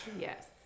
yes